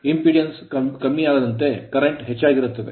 Impedance impedance ಕಡಿಮೆಯಾಗುತ್ತಿದ್ದಂತೆ current current ಹೆಚ್ಚಾಗಿರುತ್ತದೆ